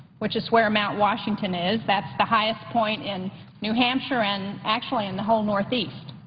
which is where mount washington is. that's the highest point in new hampshire, and actually in the whole northeast.